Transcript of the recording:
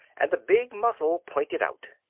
and the big muzzle pointed out.